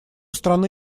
страны